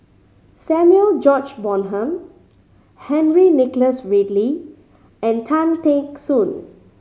Samuel George Bonham Henry Nicholas Ridley and Tan Teck Soon